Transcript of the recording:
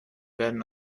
werden